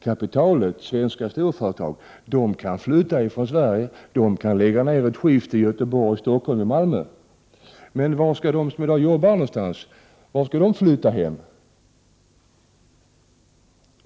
Kapitalet — svenska storföretag — kan flytta från Sverige, kan lägga ned ett skift i Göteborg, Stockholm eller Malmö. Men vart skall de som jobbar i dessa storföretag flytta?